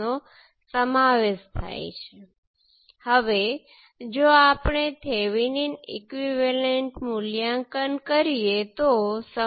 જેથી તમે એક જ સર્કિટ માટે વિવિધ પેરામિટર સેટને સંબંધિત કરી શકો છે